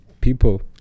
people